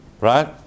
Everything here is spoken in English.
right